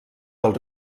del